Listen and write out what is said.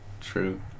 True